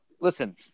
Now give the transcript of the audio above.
listen